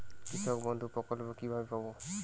কৃষকবন্ধু প্রকল্প কিভাবে পাব?